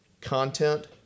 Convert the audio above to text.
content